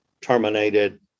terminated